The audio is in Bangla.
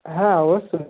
হ্যাঁ অবশ্যই